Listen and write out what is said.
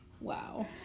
wow